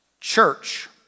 church